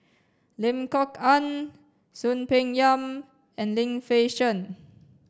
Lim Kok Ann Soon Peng Yam and Lim Fei Shen